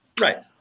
Right